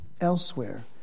elsewhere